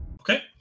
Okay